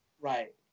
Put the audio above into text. right